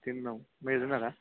తిన్నం మీరు తిన్నారా